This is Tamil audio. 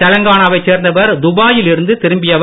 தெலங்கானாவை செர்ந்தவர் துபாயில் இருந்து திரும்பியவர்